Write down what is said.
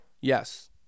Yes